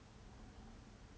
breakfast like then